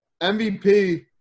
MVP